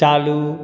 चालू